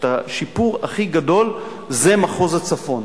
את השיפור הכי גדול זה מחוז הצפון,